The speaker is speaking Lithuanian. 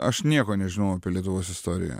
aš nieko nežinojau apie lietuvos istoriją